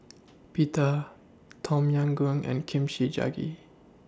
Pita Tom Yam Goong and Kimchi Jjigae